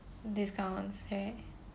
discounts okay